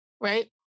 right